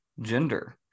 gender